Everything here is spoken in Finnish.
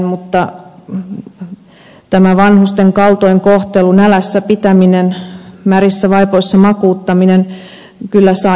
mutta tämä vanhusten kaltoinkohtelu nälässä pitäminen märissä vaipoissa makuuttaminen kyllä saa jo riittää